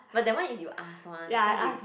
but that one is you ask one so you